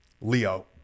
Leo